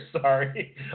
sorry